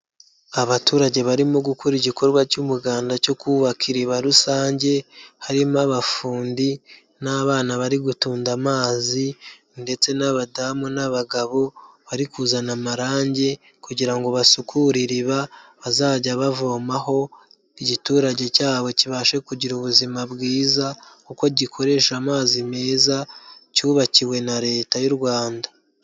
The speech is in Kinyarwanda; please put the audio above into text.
Abaturage barimo gukora igikorwa cy'umuganda cyo kubaka iriba rusange, harimo abafundi n'abana bari gutunda amazi, ndetse n'abadamu n'abagabo bari kuzana amarangi, kugira basukure iriba bazajya bavomaho, igiturage cyabo kibashe kugira ubuzima bwiza, uko gikoresha amazi meza cyubakiwe na Leta y'u Rwanda.